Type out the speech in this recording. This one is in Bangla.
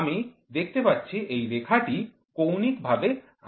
আমি দেখতে পাচ্ছি এই রেখাটি কৌণিক ভাবে আছে